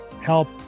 help